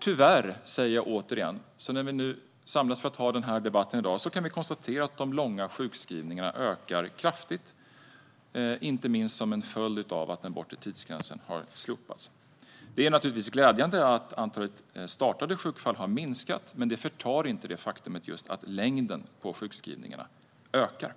Tyvärr kan vi också, när vi nu samlas till denna debatt, konstatera att de långa sjukskrivningarna ökar kraftigt, inte minst som en följd av att den bortre tidsgränsen har slopats. Det är givetvis glädjande att antalet startade sjukfall har minskat, men det förtar inte det faktum att längden på sjukskrivningarna ökar.